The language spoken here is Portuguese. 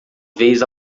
vez